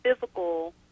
physical